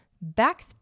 back